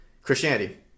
Christianity